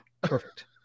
Perfect